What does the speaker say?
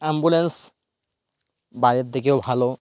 ambulance বাইরের দিকেও ভালো